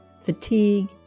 fatigue